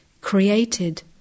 created